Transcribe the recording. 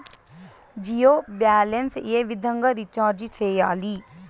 Jio balance ఏ విధంగా recharge సేయాలి?